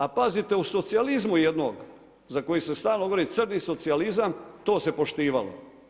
A pazite u socijalizmu jednog za koji se stalno govori crni socijalizam, to se poštivalo.